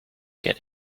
get